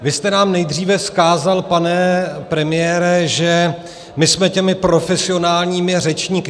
Vy jste nám nejdříve vzkázal, pane premiére, že my jsme těmi profesionálními řečníky.